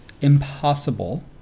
impossible